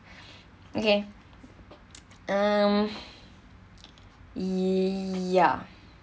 okay um ya